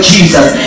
Jesus